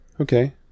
Okay